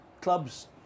clubs